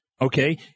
okay